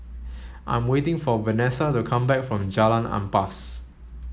I am waiting for Vanesa to come back from Jalan Ampas